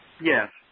Yes